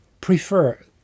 prefer